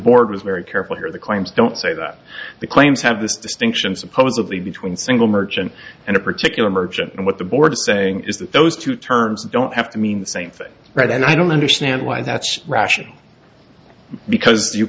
board was very careful here the claims don't say that the claims have this distinction supposedly between single merchant and a particular merchant and what the board is saying is that those two terms don't have to mean the same thing right and i don't understand why that's rational because you